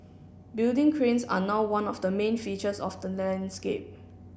building cranes are now one of the main features of the landscape